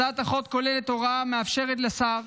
הצעת החוק כוללת הוראה המאפשרת לשר